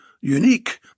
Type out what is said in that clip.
unique